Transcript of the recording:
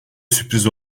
sürpriz